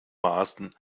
maßen